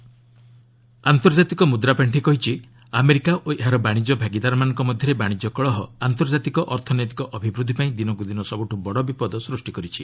IMF trade conflict ଆନ୍ତର୍ଜାତିକ ମୁଦ୍ରାପାର୍ଷି କହିଛି ଆମେରିକା ଓ ଏହାର ବାଣିଜ୍ୟ ଭାଗିଦାରମାନଙ୍କ ମଧ୍ୟରେ ବାଶିଜ୍ୟ କଳହ ଆନ୍ତର୍ଜାତିକ ଅର୍ଥନୈତିକ ଅଭିବୃଦ୍ଧି ପାଇଁ ଦିନକୁ ଦିନ ସବୁଠୁ ବଡ଼ ବିପଦ ସୂଷ୍ଟି କରିଛି